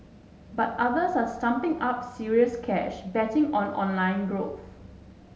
but others are stumping up serious cash betting on online growth